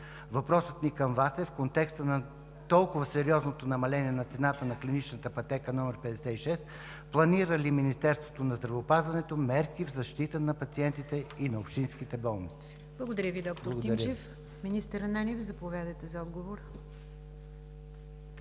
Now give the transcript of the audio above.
Въпросът ни към Вас е: в контекста на толкова сериозното намаление на цената на клинична пътека № 56 планира ли Министерството на здравеопазването мерки в защита на пациентите и на общинските болници? ПРЕДСЕДАТЕЛ НИГЯР ДЖАФЕР: Благодаря Ви, доктор Тимчев. Министър Ананиев, заповядайте за отговор.